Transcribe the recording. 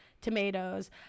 tomatoes